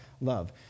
love